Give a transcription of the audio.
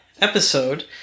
episode